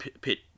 pit